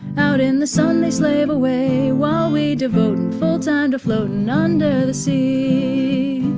out in the sun they slave away, while we devotin full time to floatin, under the sea!